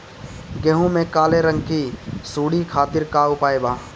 गेहूँ में काले रंग की सूड़ी खातिर का उपाय बा?